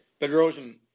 Bedrosian